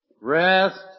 rest